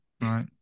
right